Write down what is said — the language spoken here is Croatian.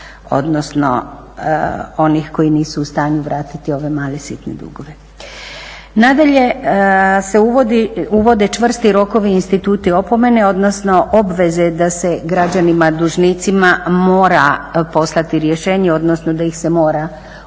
odnosno onih koji nisu u stanju vratiti ove male sitne dugove. Nadalje, se uvode čvrsti rokovi i instituti opomene, odnosno obveze da se građanima dužnicima mora poslati rješenje odnosno da ih se mora upozoriti